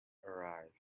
arrived